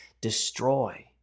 destroy